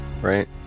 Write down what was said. right